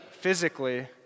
physically